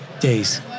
days